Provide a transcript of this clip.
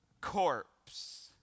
corpse